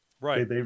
Right